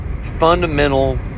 fundamental